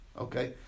okay